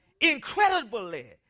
incredibly